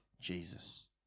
Jesus